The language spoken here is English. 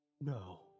No